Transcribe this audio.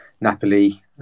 Napoli